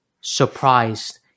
surprised